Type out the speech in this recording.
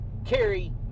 Carry